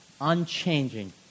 unchanging